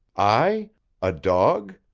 i a dog?